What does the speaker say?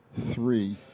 three